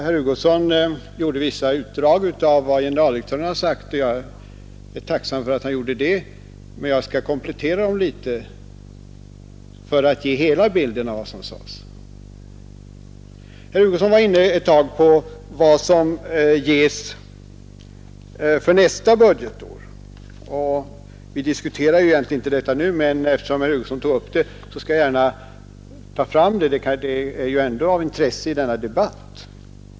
Herr Hugosson gjorde vissa utdrag av vad generaldirektören har sagt, och jag är tacksam för att han gjorde det. Men jag skall komplettera materialet litet för att ge hela bilden av vad som sades. Herr Hugosson var ett tag inne på vad som ges för nästa budgetår. Vi diskuterar ju egentligen inte detta nu, men eftersom herr Hugosson tog upp det skall jag gärna beröra det — det är ändå av intresse i denna debatt.